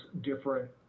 different